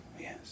Yes